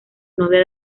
novia